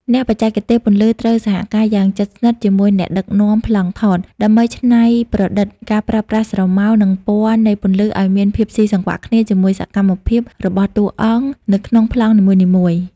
អ្នកបច្ចេកទេសពន្លឺត្រូវសហការយ៉ាងជិតស្និទ្ធជាមួយអ្នកដឹកនាំប្លង់ថត ដើម្បីច្នៃប្រឌិតការប្រើប្រាស់ស្រមោល និងពណ៌នៃពន្លឺឱ្យមានភាពស៊ីសង្វាក់គ្នាជាមួយសកម្មភាពរបស់តួអង្គនៅក្នុងប្លង់នីមួយៗ។